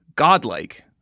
Godlike